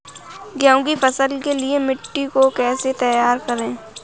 गेहूँ की फसल के लिए मिट्टी को कैसे तैयार करें?